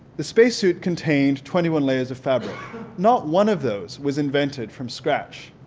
the spacesuit contained twenty one layers of fabric not one of those was invented from scratch.